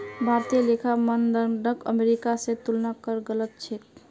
भारतीय लेखा मानदंडक अमेरिका स तुलना करना गलत छेक